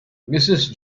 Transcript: mrs